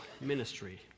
ministry